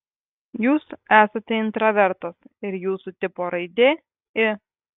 jūs esate intravertas ir jūsų tipo raidė i